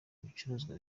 ibicuruzwa